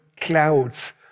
clouds